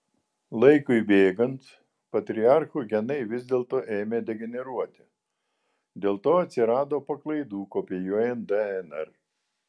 laikui bėgant patriarchų genai vis dėlto ėmė degeneruoti dėl to atsirado paklaidų kopijuojant dnr